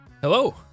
Hello